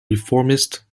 reformist